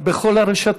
בכל הרשתות,